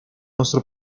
nostro